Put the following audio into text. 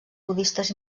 budistes